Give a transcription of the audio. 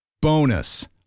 Bonus